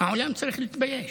העולם צריך להתבייש,